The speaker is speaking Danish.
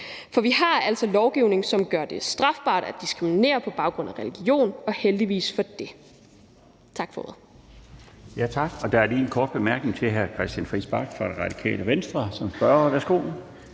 For vi har altså lovgivning, som gør det strafbart at diskriminere på baggrund af religion, og heldigvis for det. Tak for ordet.